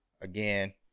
Again